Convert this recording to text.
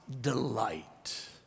delight